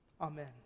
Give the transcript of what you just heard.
Amen